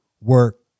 work